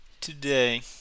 today